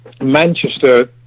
Manchester